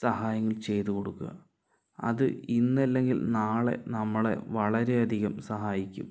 സഹായങ്ങൾ ചെയ്തു കൊടുക്കുക അത് ഇന്നല്ലങ്കിൽ നാളെ നമ്മളെ വളരെയധികം സഹായിക്കും